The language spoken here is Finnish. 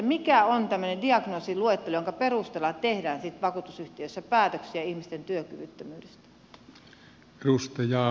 mikä on tämmöinen diagnoosiluettelo jonka perusteella tehdään sitten vakuutusyhtiössä päätöksiä ihmisten työkyvyttömyydestä